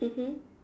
mmhmm